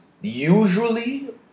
usually